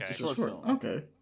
Okay